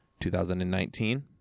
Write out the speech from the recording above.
2019